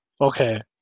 okay